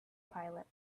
pilot